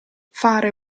fare